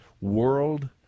world